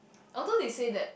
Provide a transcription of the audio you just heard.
although they say that